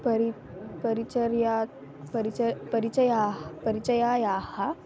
परि परिचर्या परिचयः परिचयाः परिचर्यायाः